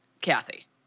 Kathy